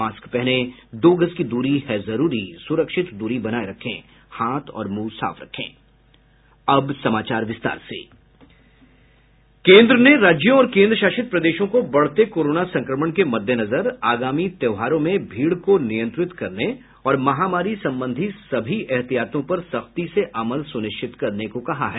mask पहनें दो गज दूरी है जरूरी सुरक्षित दूरी बनाये रखें हाथ और मुंह साफ रखें केंद्र ने राज्यों और केन्द्रशासित प्रदेशों को बढ़ते कोरोना संक्रमण के मद्देनजर आगामी त्योहारों में भीड़ को नियंत्रित करने और महामारी संबंधी सभी एहतियातों पर सख्ती से अमल सुनिश्चित करने को कहा है